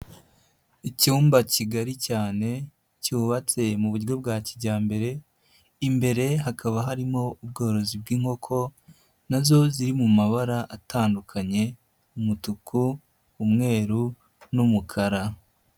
Icyumba kigari cyane, cyubatse mu buryo bwa kijyambere, imbere hakaba harimo ubworozi bw'inkoko, na zo ziri mu mabara atandukanye; umutuku, umweru n'umukara.